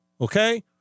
Okay